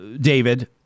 david